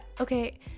okay